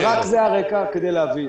אז רק זה הרקע כדי להבין.